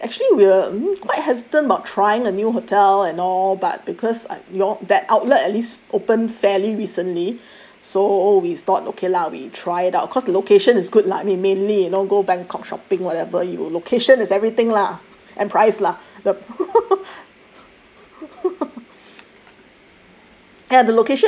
yes actually we're mm quite hesitant about trying a new hotel and all but because uh your that outlet at least open fairly recently so we thought okay lah we try it out cause the location is good lah I mean mainly you know go bangkok shopping whatever you location is everything lah and price lah the